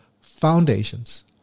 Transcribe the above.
foundations